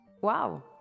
wow